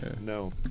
no